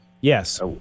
Yes